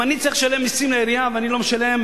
אם אני צריך לשלם מסים לעירייה ואני לא משלם,